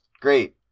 great